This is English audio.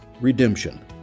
Redemption